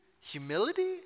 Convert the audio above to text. Humility